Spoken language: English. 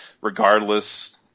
regardless